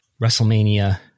WrestleMania